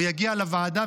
הוא יגיע לוועדה,